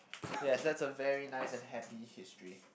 yes that's a very nice and happy history